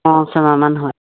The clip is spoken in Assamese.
অঁ ছমাহমান হয়